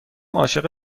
عاشق